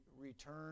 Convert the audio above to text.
return